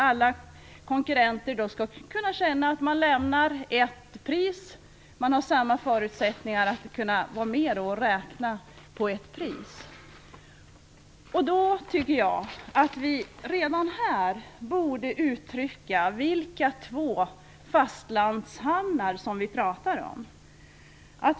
Alla konkurrenter skall kunna känna att de kan lämna ett pris och att de då har samma förutsättningar som alla andra att delta. Jag menar att vi redan här borde uttrycka vilka två fastlandshamnar som vi talar om.